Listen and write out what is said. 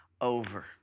over